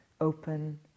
open